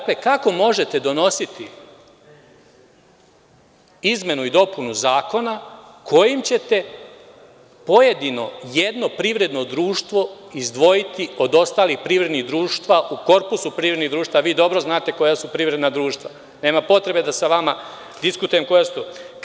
Kako možete donositi izmenu i dopunu zakona kojim ćete pojedino, jedno privredno društvo, izdvojiti od ostalih privrednih društva u korpusu privrednih društava, a vi dobro znate koja su privredna društva, nema potrebe da sa vama diskutujem koja su to?